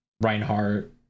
Reinhardt